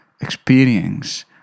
experience